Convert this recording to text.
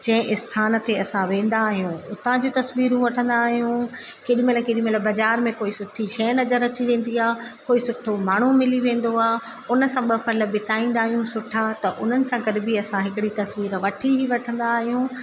जंहिं स्थानु ते असां वेंदा आहियूं उता जूं तस्वीरूं वठंदा आहियूं केॾीमहिल केॾीमहिल बाज़ारि में कोई सुठी शइ नज़र अची वेंदी आहे कोई सुठो माण्हू मिली वेंदो आहे उन सां ॿ पल बिताईंदा आहियूं सुठा त उन्हनि सां गॾु बि असां हिकिड़ी तस्वीरु वठी वठंदा आहियूं